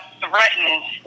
threatened